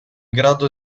grado